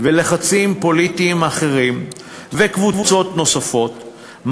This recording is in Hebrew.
ולחצים פוליטיים אחרים וקבוצות נוספות,